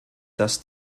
dass